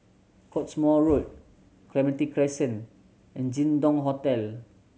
Cottesmore Road Clementi Crescent and Jin Dong Hotel